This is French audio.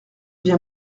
bien